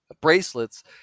bracelets